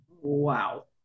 Wow